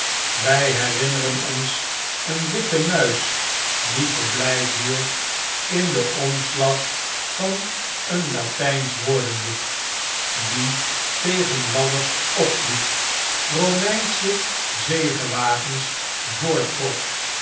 wij herinneren ons een witte muis die verblijf hield in den omslag van een laty nsch woordenboek die tegen ladders opliep romeinsche zegewagens